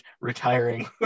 retiring